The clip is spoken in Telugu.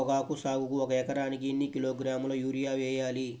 పొగాకు సాగుకు ఒక ఎకరానికి ఎన్ని కిలోగ్రాముల యూరియా వేయాలి?